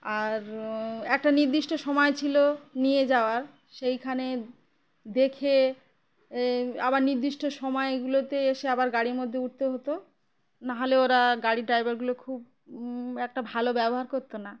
আর একটা নির্দিষ্ট সময় ছিল নিয়ে যাওয়ার সেখানে দেখে এ আবার নির্দিষ্ট সময়গুলোতে এসে আবার গাড়ির মধ্যে উঠতে হতো নাহলে ওরা গাড়ির ড্রাইভারগুলো খুব একটা ভালো ব্যবহার করত না